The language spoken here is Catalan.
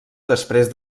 després